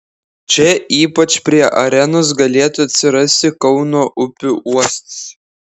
čia ypač prie arenos galėtų atsirasti kauno upių uostas